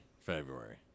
February